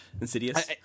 insidious